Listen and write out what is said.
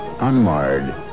unmarred